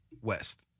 West